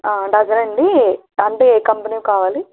డజనా అండి అంటే ఏ కంపెనీవి కావాలి